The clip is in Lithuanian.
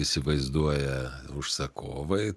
įsivaizduoja užsakovai